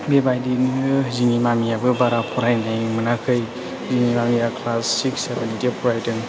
बेबायदिनो जोंनि मामियाबो बारा फरायनो मोनाखै जोंनि मामिआ क्लास सिक्स सेभेन बिदि फरायदों